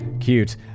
Cute